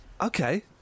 Okay